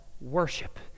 worship